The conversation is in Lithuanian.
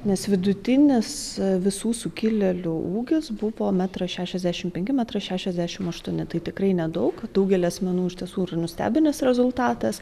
nes vidutinis visų sukilėlių ūgis buvo metras šešiasdešim penki metras šešiasdešimt aštuoni tai tikrai nedaug daugelį asmenų iš tiesų ir nustebinęs rezultatas